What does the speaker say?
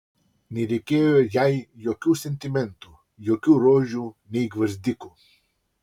nereikėjo jai jokių sentimentų jokių rožių nei gvazdikų